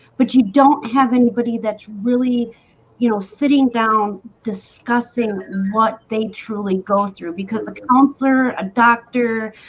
but you don't have anybody that's really you know sitting down discussing what they truly go through because a counselor a doctor,